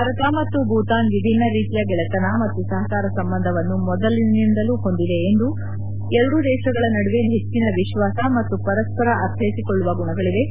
ಭಾರತ ಮತ್ತು ಭೂತಾನ್ ವಿಭಿನ್ನ ರೀತಿಯ ಗೆಳೆತನ ಮತ್ತು ಸಹಕಾರ ಸಂಬಂಧವನ್ನು ಮೊದಲಿನಿಂದಲೂ ಹೊಂದಿವೆ ಮತ್ತು ಎರಡೂ ದೇಶಗಳ ನಡುವೆ ಹೆಚ್ಚಿನ ವಿಶ್ಲಾಸ ಮತ್ತು ಪರಸ್ರರ ಅರ್ಥ್ವೆಸಿಕೊಳ್ಳುವ ಗುಣಗಳಿವೆ